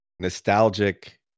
nostalgic